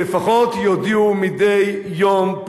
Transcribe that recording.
שלפחות יודיעו מדי יום,